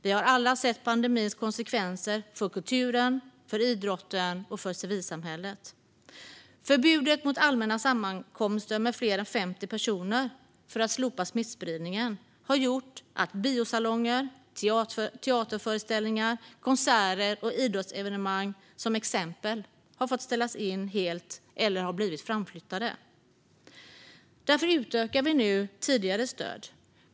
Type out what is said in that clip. Vi har alla sett pandemins konsekvenser för kulturen, för idrotten och för civilsamhället. Förbudet mot allmänna sammankomster med fler än 50 personer för att stoppa smittspridningen har gjort att till exempel filmvisning på biosalonger, teaterföreställningar, konserter och idrottsevenemang har fått ställas in helt eller blivit framflyttade. Därför utökar vi nu tidigare stöd.